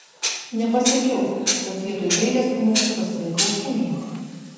nepasakiau kad vietoj dailės pamokų pasirinkau chemiją